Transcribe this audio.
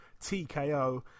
TKO